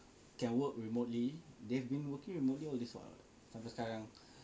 can work remotely they've been working remotely all this while sampai sekarang